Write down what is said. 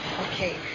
okay